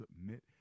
submit